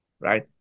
Right